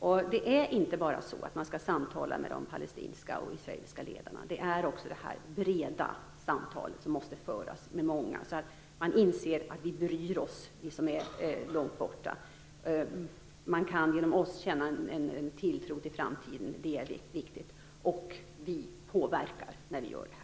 Man skall inte bara samtala med de palestinska och israeliska ledarna. Man måste också föra ett brett samtal med många, så att de berörda inser att vi som är långt borta bryr oss. De kan genom oss känna en tilltro till framtiden. Det är viktigt. Vi påverkar när vi gör detta.